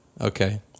Okay